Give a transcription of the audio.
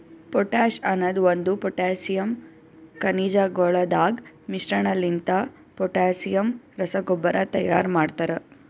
potash ಅನದ್ ಒಂದು potassium ಖನಿಜಗೊಳದಾಗ್ ಮಿಶ್ರಣಲಿಂತ ಪೊಟ್ಯಾಸಿಯಮ್ ರಸಗೊಬ್ಬರ ತೈಯಾರ್ ಮಾಡ್ತರ